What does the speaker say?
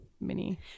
mini